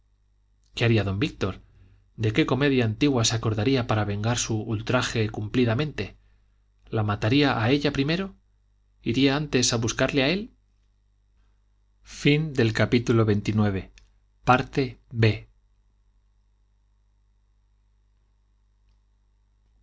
qué haría don víctor de qué comedia antigua se acordaría para vengar su ultraje cumplidamente la mataría a ella primero iría antes a buscarle a él